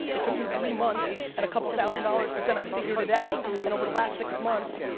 it took me three months and a couple thousand dollars, but then i figured it out, and over the last six months.